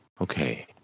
Okay